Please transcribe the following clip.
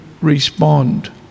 respond